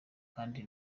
kandi